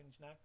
now